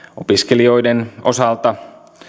opiskelijoiden osalta